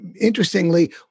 interestingly